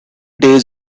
days